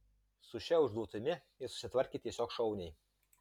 su šia užduotimi jis susitvarkė tiesiog šauniai